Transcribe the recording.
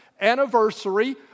anniversary